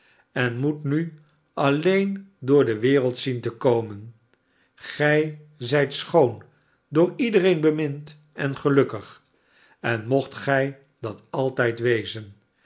en moet nu alleen door de wereld zien te komen gij zijt schoon door iedereen bemind en gelukkig en mocht gij dat altijd wezen